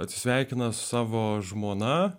atsisveikina savo žmona